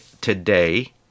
today